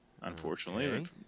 Unfortunately